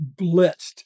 blitzed